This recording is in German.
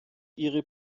ihre